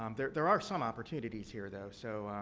um there there are some opportunities here, though. so,